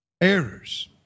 errors